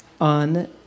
on